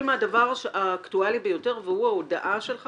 מהדבר האקטואלי ביותר, והוא ההודעה שלך